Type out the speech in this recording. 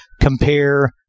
compare